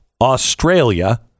Australia